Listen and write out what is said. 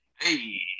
Hey